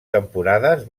temporades